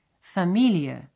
Familie